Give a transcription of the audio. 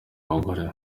bagore